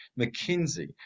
mckinsey